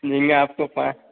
झींगा आपको पाँच